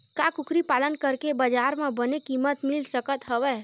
का कुकरी पालन करके बजार म बने किमत मिल सकत हवय?